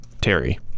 Terry